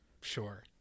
sure